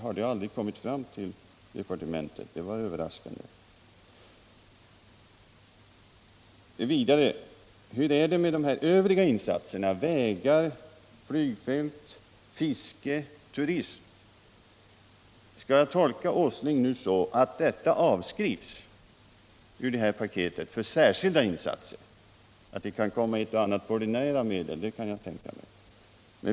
Har det aldrig kommit fram till departementet? Det var överraskande. Hur är det vidare med de övriga insatserna för vägar, flygfält, fiske och turism? Skall jag tolka Nils Åsling som att detta avskrivs ur paketet för särskilda insatser? — Att det kan komma ett och annat på ordinära medel kan han tänka sig.